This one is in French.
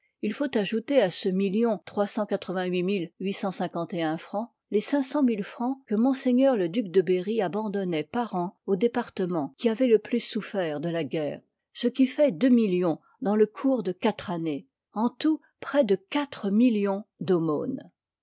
il faut a outer à ce million francs les cinq cent mille francs que mle duc de berry abandonnoit par an aux départemens qui as oient le plus souffert de la guerre ce qui fait deux millions dans le cours de quatre années en tout près de quatre millions